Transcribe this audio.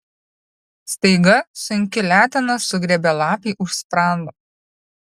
staiga sunki letena sugriebė lapei už sprando